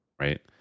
right